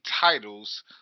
titles